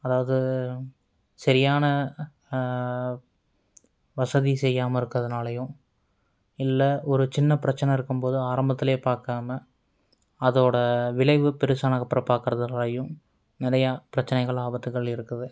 அதாவது சரியான வசதி செய்யாம இருக்கிறதுனாலயும் இல்லை ஒரு சின்ன பிரச்சின இருக்கும்போது ஆரம்பத்துல பார்க்காம அதோட விளைவு பெருசானதுக்கு அப்புறோம் பார்க்குறதுனாலயும் நிறையா பிரச்சினைகள் ஆபத்துகள் இருக்குது